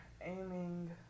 aiming